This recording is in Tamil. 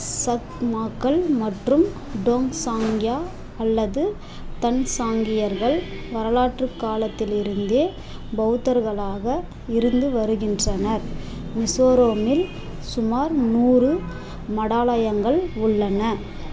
சத்மாக்கள் மற்றும் டோங்சாங்யா அல்லது தன்சாங்கியர்கள் வரலாற்றுக் காலத்திலிருந்தே பெளத்தர்களாக இருந்து வருகின்றனர் மிசோரமில் சுமார் நூறு மடாலயங்கள் உள்ளன